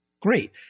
great